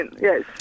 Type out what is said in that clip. yes